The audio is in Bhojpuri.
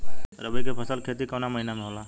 रवि फसल के खेती कवना महीना में होला?